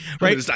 Right